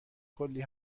کلی